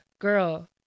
girl